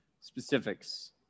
specifics